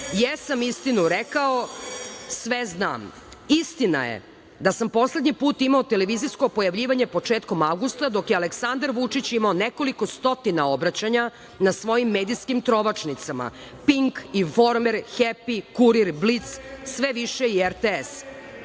jesam istinu rekao, sve znam. Istina je da sam poslednji put imao televizijsko pojavljivanje početkom avgusta dok je Aleksandar Vučić imao nekoliko stotina obraćanja na svojim medijskim trovačnicama „Pink“, „Informer“, „Hepi“, „Kurir“, „Blic“, sve više i RTS.